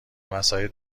وسایلت